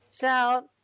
shout